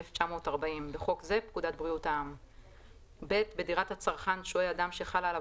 1940 (בחוק זה פקודת בריאות העם); (ב)בדירת הצרכן שוהה אדם שחלה עליו